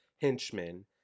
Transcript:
henchmen